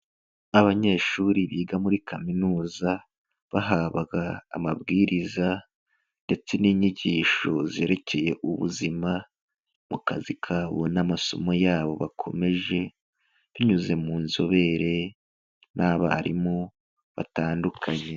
Abanyeshuri biga muri kaminuza, bahabwaga amabwiriza ndetse n'inyigisho zerekeye ubuzima mu kazi kabo n'amasomo yabo bakomeje, binyuze mu nzobere n'abarimu batandukanye.